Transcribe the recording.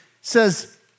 says